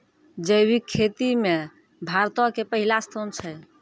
जैविक खेती मे भारतो के पहिला स्थान छै